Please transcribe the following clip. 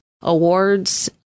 awards